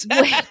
Wait